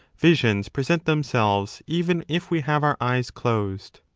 visions present themselves even if we have our eyes closed.